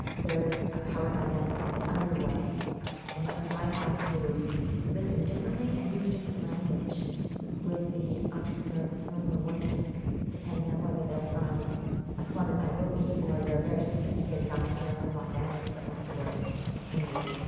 there is a power dynamic that's underway and that we might have to listen differently and use different language with the entrepreneur with whom we're working depending on whether they're from a slum in nairobi or they're a very sophisticated entrepreneur from los angeles that wants to work in india.